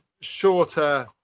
shorter